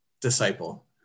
disciple